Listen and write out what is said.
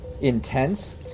intense